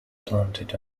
planted